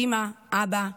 אימא, אבא,